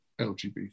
LGBT